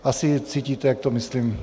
Asi cítíte, jak to myslím